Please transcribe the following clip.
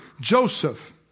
Joseph